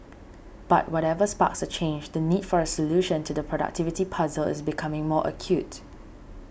but whatever sparks a change the need for a solution to the productivity puzzle is becoming more acute